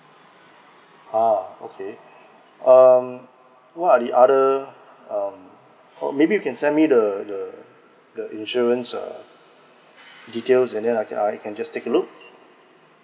ah okay um what are the other um or maybe you can send me the the the insurance uh details and then I can I can just take a look